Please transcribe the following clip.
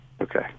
Okay